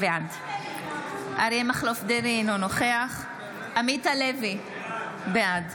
בעד אריה מכלוף דרעי, אינו נוכח עמית הלוי, בעד